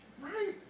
Right